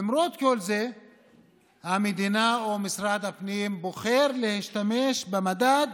למרות כל זה המדינה או משרד הפנים בוחרים להשתמש במדד